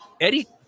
Eddie